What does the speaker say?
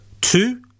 Two